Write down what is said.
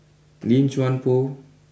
Lim Chuan Poh